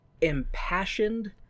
impassioned